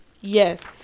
Yes